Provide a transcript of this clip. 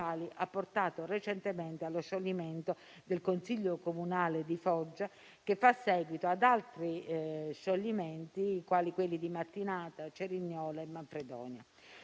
ha portato recentemente allo scioglimento del Consiglio comunale di Foggia, che fa seguito ad altri scioglimenti, quali quelli di Mattinata, Cerignola e Manfredonia.